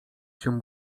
się